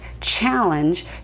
challenge